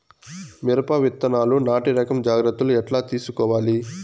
మిరప విత్తనాలు నాటి రకం జాగ్రత్తలు ఎట్లా తీసుకోవాలి?